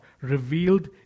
revealed